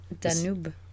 Danube